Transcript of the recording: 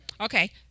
Okay